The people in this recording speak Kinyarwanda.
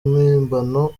mpimbano